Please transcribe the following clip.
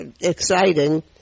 exciting